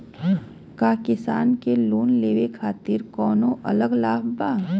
का किसान के लोन लेवे खातिर कौनो अलग लाभ बा?